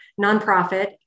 nonprofit